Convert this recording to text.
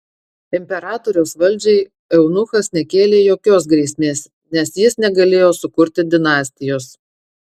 imperatoriaus valdžiai eunuchas nekėlė jokios grėsmės nes jis negalėjo sukurti dinastijos